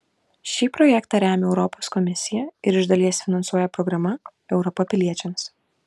šį projektą remia europos komisija ir iš dalies finansuoja programa europa piliečiams